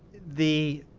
the